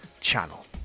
channel